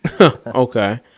Okay